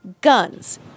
guns